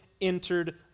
entered